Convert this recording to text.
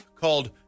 called